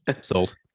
Sold